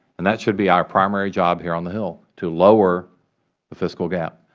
and that should be our primary job here on the hill, to lower the fiscal gap.